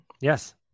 Yes